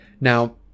Now